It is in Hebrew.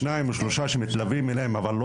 שניים או שלושה שמתלווים אליהם אבל לא